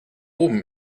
oben